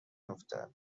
افتد